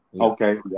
Okay